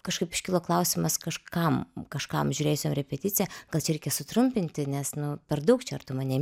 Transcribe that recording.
kažkaip iškilo klausimas kažkam kažkam žiūrėsiu repeticija kas irgi sutrumpinti nes nu per daug čia ar tu mane